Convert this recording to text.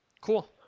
Cool